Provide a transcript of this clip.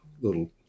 little